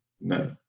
no